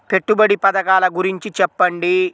పెట్టుబడి పథకాల గురించి చెప్పండి?